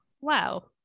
wow